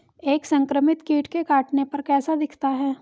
एक संक्रमित कीट के काटने पर कैसा दिखता है?